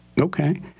Okay